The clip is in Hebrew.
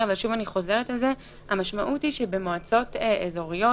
המשמעות היא שבמועצות אזוריות